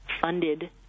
funded